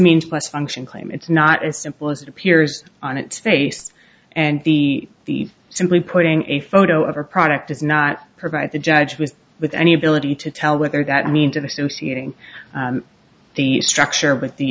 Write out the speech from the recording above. means plus function claim it's not as simple as it appears on its face and the deed simply putting a photo of a product does not provide the judge was with any ability to tell whether that mean to the seuss eating the structure with the